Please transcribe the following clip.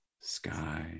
sky